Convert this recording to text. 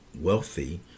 wealthy